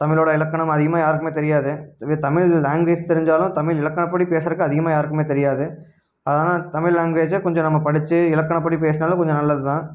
தமிழோடய இலக்கணம் அதிகமாக யாருக்குமே தெரியாது தூய தமிழ் லேங்குவேஜ் தெரிஞ்சாலும் தமிழ் இலக்கணப்படி பேசுறக்கு அதிகமாக யாருக்குமே தெரியாது அதனாலே தமிழ் லேங்குவேஜை கொஞ்சம் நம்ப படிச்சு இலக்கணப்படி பேசுனாலே கொஞ்சம் நல்லதுதான்